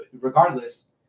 regardless